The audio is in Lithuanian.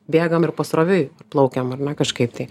bėgam ir pasroviui plaukiam ar ne kažkaip tai